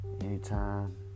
anytime